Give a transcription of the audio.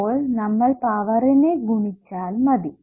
അപ്പോൾ നമ്മൾ പവറിനെ ഗുണിച്ചാൽ മതി